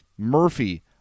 Murphy